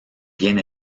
bien